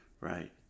right